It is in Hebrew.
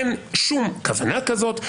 אין שום כוונה כזאת,